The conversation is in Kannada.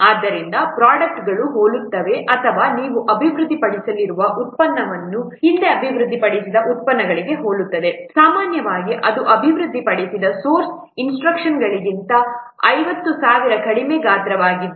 ಆದ್ದರಿಂದ ಪ್ರೊಡ್ಯಾಕ್ಟ್ಗಳು ಹೋಲುತ್ತವೆ ಅಥವಾ ನೀವು ಅಭಿವೃದ್ಧಿಪಡಿಸಲಿರುವ ಉತ್ಪನ್ನವು ಹಿಂದೆ ಅಭಿವೃದ್ಧಿಪಡಿಸಿದ ಉತ್ಪನ್ನಗಳಿಗೆ ಹೋಲುತ್ತದೆ ಸಾಮಾನ್ಯವಾಗಿ ಇದು ಅಭಿವೃದ್ಧಿಪಡಿಸಿದ ಸೋರ್ಸ್ ಇನ್ಸ್ಟ್ರಕ್ಷನ್ಗಳಿಗಿಂತ 50000 ಕಡಿಮೆ ಗಾತ್ರವಾಗಿದೆ